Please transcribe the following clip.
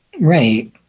Right